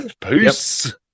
Peace